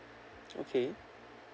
okay